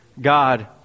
God